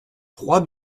trois